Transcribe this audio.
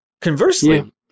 Conversely